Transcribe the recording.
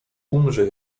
umrze